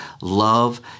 love